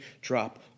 drop